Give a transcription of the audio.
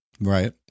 right